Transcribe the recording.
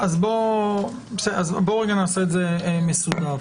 זאת מסודר.